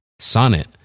Sonnet